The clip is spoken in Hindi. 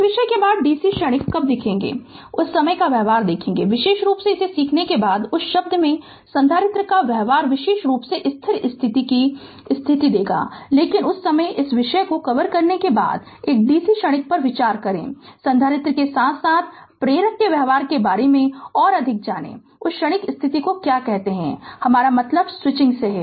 इस विषय के बाद dc क्षणिक कब देखेंगे उस समय का व्यवहार देखेंगे विशेष रूप से इसे सीखने के बाद उस शब्द में संधारित्र का व्यवहार विशेष रूप से स्थिर स्थिति की स्थिति लेकिन उस समय इस विषय को कवर करने के बाद एक dc क्षणिक पर विचार करें संधारित्र के साथ साथ प्रारंभ करनेवाला के व्यवहार के बारे में और अधिक जानेंगे कि उस क्षणिक स्थिति को क्या कहते हैं हमारा मतलब स्विचिंग है